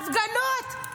הפגנות.